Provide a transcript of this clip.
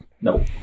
No